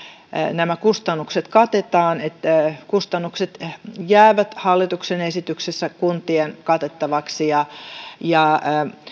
nämä kustannukset katetaan kustannukset jäävät hallituksen esityksessä kuntien katettavaksi ja ja